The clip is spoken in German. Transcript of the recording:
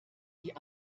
die